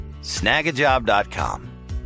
snagajob.com